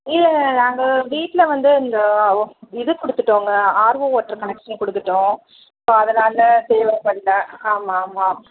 இல்லை இல்லை நாங்கள் வீட்டில் வந்து இந்த இது கொடுத்துட்டோங்க ஆர்ஓ வாட்டர் கனெக்ஷன் கொடுத்துட்டோம் ஸோ அதனால் தேவைப்பட்ல ஆமாம் ஆமாம்